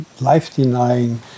life-denying